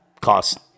cost